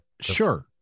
Sure